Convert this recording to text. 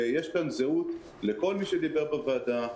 ויש כאן זהות לכל מי שדיבר בוועדה,